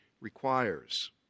requires